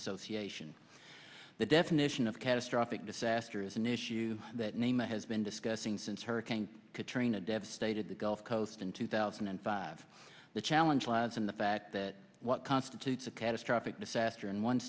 association the definition of catastrophic disaster is an issue that name has been discussing since hurricane katrina devastated the gulf coast in two thousand and five the challenge was in the fact that what constitutes a catastrophic disaster in one